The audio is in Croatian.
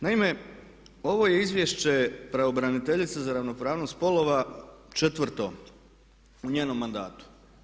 Naime, ovo je izvješće pravobraniteljice za ravnopravnost spolova četvrto u njenom mandatu.